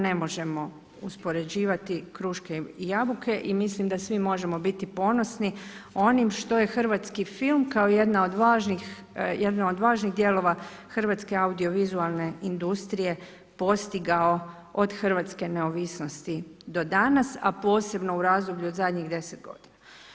Ne možemo uspoređivati kruške i jabuke i mislim da svi možemo biti ponosni onim što je hrvatski film, kao jedan od važnih djelova hrvatske audiovizualne industrije postigao od Hrvatske neovisnosti do danas, a posebno u razdoblju od zadnjih 10 godina.